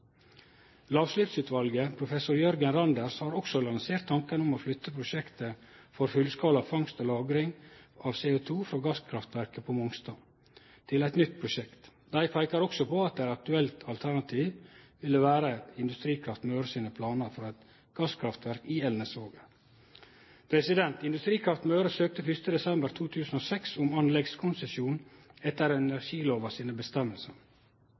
ved professor Jørgen Randers, har også lansert tanken om å flytte prosjektet for fullskala fangst og lagring av CO2 frå gasskraftverket på Mongstad til eit nytt prosjekt. Dei peiker også på at eit aktuelt alternativ vil vere Industrikraft Møre sine planar for eit gasskraftverk i Elnesvågen. Industrikraft Møre søkte 1. desember 2006 om anleggskonsesjon etter reglane i energilova.